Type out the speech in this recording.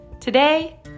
Today